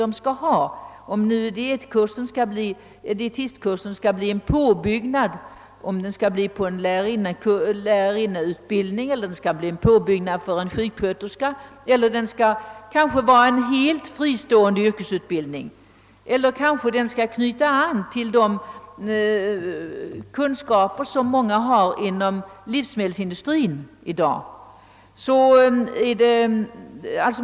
Vi vet ännu inte om dietistkurserna bör organiseras som en påbyggnad för sjuksköterskor, som en lärarinneutbildning eller kanske som en helt fristående yrkesutbildning. Kanske skall den knyta an till de kunskaper, som många inom livsmedelsindustrin i dag har.